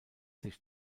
sich